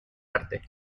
arte